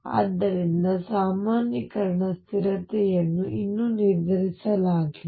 ಆದ್ದರಿಂದ ಸಾಮಾನ್ಯೀಕರಣ ಸ್ಥಿರತೆಯನ್ನು ಇನ್ನೂ ನಿರ್ಧರಿಸಲಾಗಿಲ್ಲ